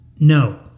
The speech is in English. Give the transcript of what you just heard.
no